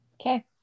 Okay